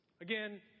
Again